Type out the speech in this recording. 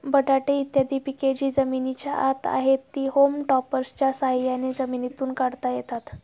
बटाटे इत्यादी पिके जी जमिनीच्या आत आहेत, ती होम टॉपर्सच्या साह्याने जमिनीतून काढता येतात